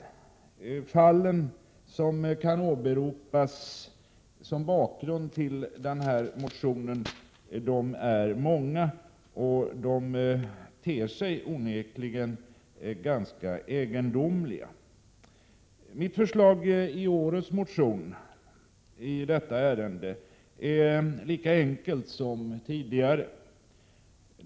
De fall som kan åberopas som bakgrund till motionen är många, och de ter sig onekligen ganska egendomliga. Mitt förslag i årets motion i detta ärende är lika enkelt som tidigare.